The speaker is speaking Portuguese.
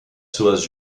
suas